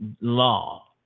law